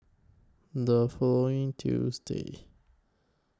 The following Tuesday